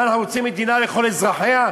מה, אנחנו רוצים מדינה לכל אזרחיה?